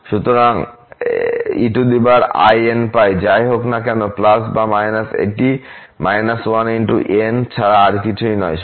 সুতরাং einπ যাই হোক না কেন বা − এটি −1n ছাড়া আর কিছুই নয়